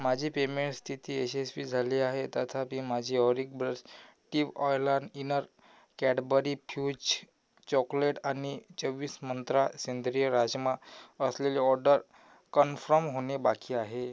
माझी पेमेंट स्थिती यशस्वी झाली आहे तथापि माझी ऑरिक ब्रश टीप ऑयलान इनर कॅडबरी फ्यूज चॉकलेट आणि चोवीस मंत्रा सेंद्रिय राजमा असलेली ऑर्डर कन्फर्म होणे बाकी आहे